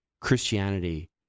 Christianity